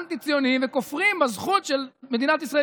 אנטי-ציונים וכופרים בזכות של מדינת ישראל